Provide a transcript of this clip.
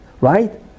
right